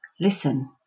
listen